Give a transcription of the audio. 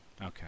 Okay